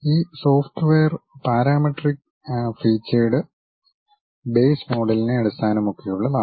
ഈ software parametric featured based മോഡലിനെ അടിസ്ഥാനമാക്കിയുള്ളതാണ്